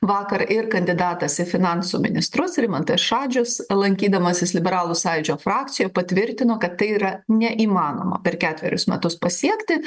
vakar ir kandidatas į finansų ministrus rimantas šadžius lankydamasis liberalų sąjūdžio frakcijoj patvirtino kad tai yra neįmanoma per ketverius metus pasiekti